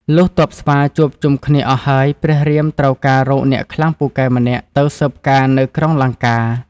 លុះទ័ពស្វាជួបជុំគ្នាអស់ ហើយព្រះរាមត្រូវការរកអ្នកខ្លាំងពូកែម្នាក់ ទៅស៊ើបការណ៍នៅក្រុងលង្កា។